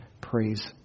praise